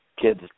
kid's